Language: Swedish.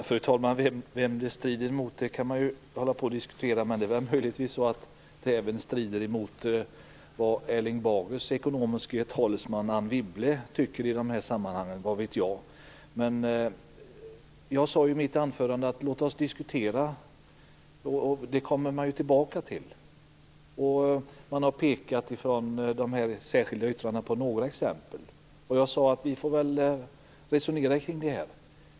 Fru talman! Vem det strider mot kan man ju diskutera. Det är naturligtvis så att det även strider mot vad Erling Bagers ekonomiska talesman Anne Wibble tycker i de här sammanhangen, men vad vet jag. Jag sade i mitt anförande: Låt oss diskutera! Det kommer man ju tillbaka till. Man har i de här särskilda yttrandena pekat på några exempel. Vi får väl resonera kring det här.